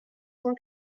cent